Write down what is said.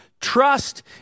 trust